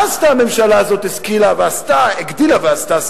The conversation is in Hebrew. מה עשתה הממשלה הזאת, הגדילה ועשתה?